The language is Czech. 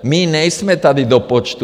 My nejsme tady do počtu.